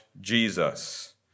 Jesus